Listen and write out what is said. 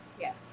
Yes